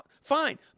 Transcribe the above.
fine